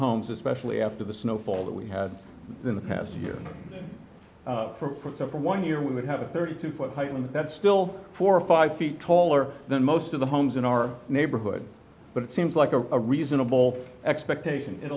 homes especially after the snowfall that we had in the past year for example one year we would have a thirty two foot high and that's still four or five feet taller than most of the homes in our neighborhood but it seems like a reasonable expectation it